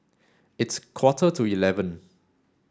its quarter to eleven